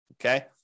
Okay